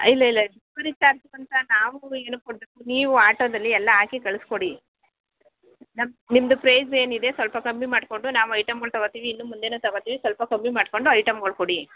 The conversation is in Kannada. ಇಲ್ಲ ಇಲ್ಲ ಡಿಲ್ವರಿ ಚಾರ್ಜು ಅಂತ ನಾವು ಏನಕ್ಕೆ ಕೊಡಬೇಕು ನೀವು ಆಟೋದಲ್ಲಿ ಎಲ್ಲ ಹಾಕಿ ಕಳಿಸ್ಕೊಡಿ ನಮ್ಮ ನಿಮ್ಮದು ಪ್ರೈಸ್ ಏನಿದೆ ಸ್ವಲ್ಪ ಕಮ್ಮಿ ಮಾಡಿಕೊಂಡು ನಾವು ಐಟಮ್ಮುಗಳ್ ತಗೊತೀವಿ ಇನ್ನು ಮುಂದೆಯೂ ತಗೊತೀವಿ ಸ್ವಲ್ಪ ಕಮ್ಮಿ ಮಾಡಿಕೊಂಡು ಐಟಮ್ಮುಗಳ್ ಕೊಡಿ